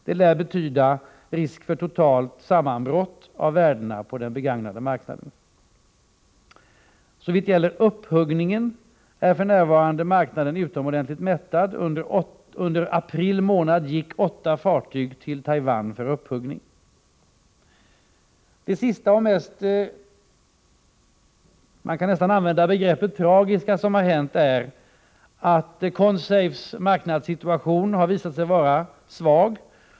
Det lär betyda risk för totalt sammanbrott av värdena på marknaden med begagnade fartyg. Såvitt gäller upphuggningen är marknaden för närvarande utomordentligt mättad. Under april månad gick åtta fartyg till Taiwan för upphuggning. Det sista och mest tragiska — jag tycker man kan använda det ordet — som har hänt är att Consafes marknadssituation visat sig vara svag.